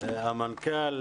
ואדוני המנכ"ל.